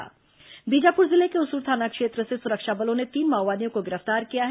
बीजापुर जिले के उसूर थाना क्षेत्र से सुरक्षा बलों ने तीन माओवादियों को गिरफ्तार किया है